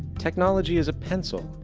technology is a pencil,